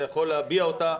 אתה יכול להביע אותה.